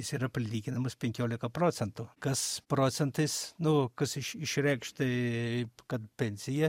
jis yra palyginamas penkiolika procentų kas procentais nu kas iš išreikšti kad pensija